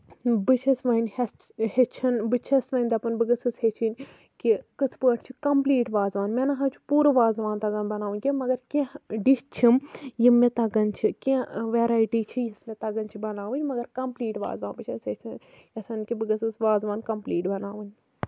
بہٕ چھَس وَنۍ ہیٚچھَن بہٕ چھَس وۄنۍ دَپان بہٕ گٔژھٕس ہیٚچھِنۍ کہِ کِتھ پٲٹھۍ چھُ کِمپٔلیٖٹ وازوان مےٚ نہ حظ چھُ پوٗرٕ وازوان تَگان بَناوُن کیٚنہہ مَگر کیٚنہہ ڈِش چھِم یِم مےٚ تَگَان چھِ کیٚنہہ ویرایٹی چھِ یۄس مےٚ تَگان چھِ بَناوٕنۍ کَمپٔلیٖٹ وازوان بہٕ چھَس یژھان کہِ بہٕ گٔژھٕس وازوان کَمپٔلیٖٹ بَنٲوٕنۍ